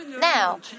Now